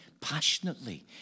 passionately